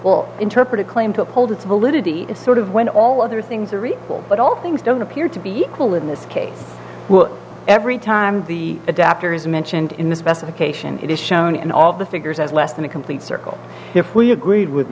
we interpret a claim to uphold its validity is sort of when all other things are equal but all things don't appear to be equal in this case every time the adapter is mentioned in the specification it is shown in all of the figures as less than a complete circle if we agreed with